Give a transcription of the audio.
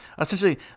essentially